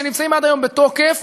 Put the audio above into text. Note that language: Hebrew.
שנמצאים עד היום בתוקף,